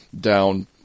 down